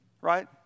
right